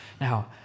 Now